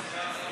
הבנתי.